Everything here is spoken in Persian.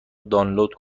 دانلود